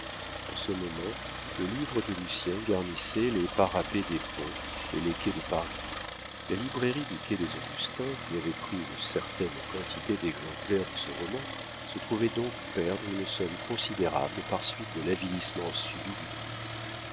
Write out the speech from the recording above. en ce moment le livre de lucien garnissait les parapets des ponts et les quais de paris la librairie du quai des augustins qui avait pris une certaine quantité d'exemplaires de ce roman se trouvait donc perdre une somme considérable par suite de l'avilissement subit du prix